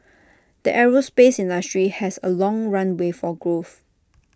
the aerospace industry has A long runway for growth